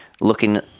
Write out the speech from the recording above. looking